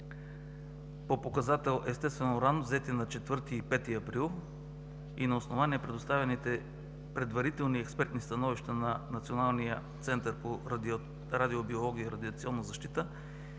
по показател естествен уран, взети на 4 и 5 април и на основание предоставените предварителните експертни становища на Националния център по радиобиология и радиационна защита,